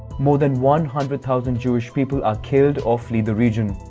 more than one hundred thousand jewish people are killed or flee the region.